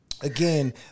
Again